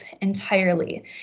entirely